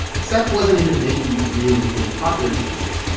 sepp wasn't into making the really big popular cheeses.